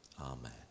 Amen